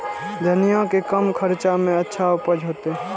धनिया के कम खर्चा में अच्छा उपज होते?